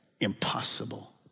Impossible